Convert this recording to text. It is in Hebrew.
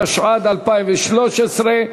התשע"ד 2013,